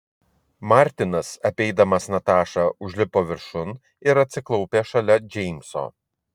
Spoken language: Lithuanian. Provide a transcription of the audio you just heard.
martinas apeidamas natašą užlipo viršun ir atsiklaupė šalia džeimso